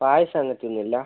പായസം അങ്ങനത്തെ ഒന്നുമില്ലേ